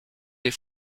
des